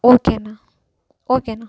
ஓகேண்ணா ஓகேண்ணா